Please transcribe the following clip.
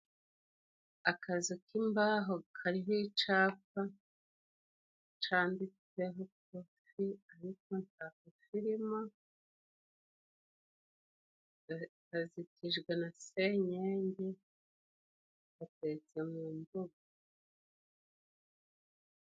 Akazu k'imbaho kariho icapawa canditseho kofi ariko nta filime kazitijwe na senyenge, atetse mu nvugo.